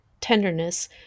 tenderness